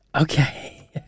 Okay